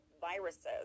viruses